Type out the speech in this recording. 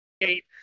Eight